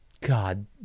God